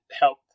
help